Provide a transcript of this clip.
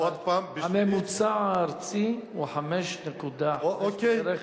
הממוצע הארצי הוא 5.6% בערך,